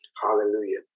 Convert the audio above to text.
Hallelujah